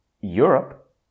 Europe